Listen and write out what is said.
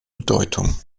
bedeutung